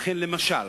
לכן, למשל,